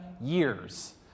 years